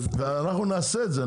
אנחנו נעשה את זה,